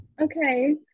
Okay